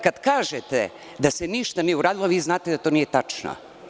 Kad kažete da se ništa nije uradilo, znate da to nije tačno.